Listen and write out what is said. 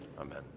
Amen